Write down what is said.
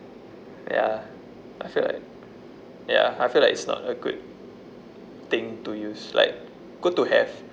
ya I feel like ya I feel like it's not a good thing to use like good to have